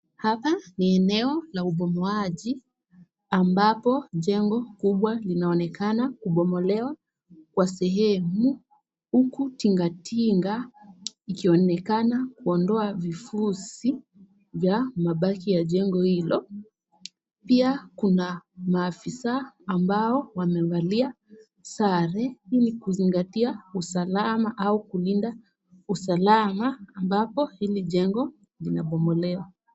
Hapa ni eneo la ubomoaji ambapo jengo kubwa linaonekana kubomolewa kwa sehemu huku tingatinga ikionekana kuondoa vifusi vya mabaki ya jengo hilo. Pia kuna maafisa ambao wamevalia sare ili kuzingatia usalama au kulinda usalama ambapo hili jengo linabomolewa.